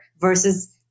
versus